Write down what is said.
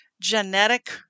genetic